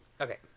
Okay